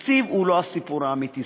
התקציב הוא לא הסיפור האמיתי,